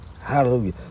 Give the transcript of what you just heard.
Hallelujah